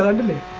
to lead